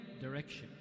direction